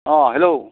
অঁ হেল্ল'